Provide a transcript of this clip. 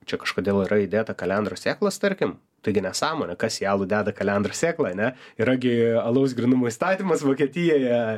čia kažkodėl yra įdėta kalendros sėklos tarkim taigi nesąmonė kas į alų deda kalendrų sėklą ane yra gi alaus grynumo įstatymas vokietijoje